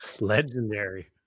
legendary